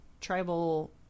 tribal